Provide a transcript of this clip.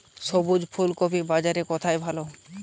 সবুজ ফুলকপির বাজার কোথায় ভালো?